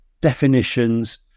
definitions